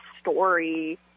story